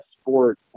sport